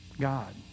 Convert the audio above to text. God